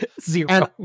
Zero